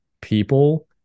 people